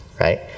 right